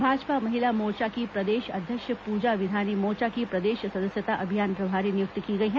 भाजपा महिला मोर्चा की प्रदेश अध्यक्ष पूजा विधानी मोर्चा की प्रदेश सदस्यता अभियान प्रभारी नियुक्त की गई हैं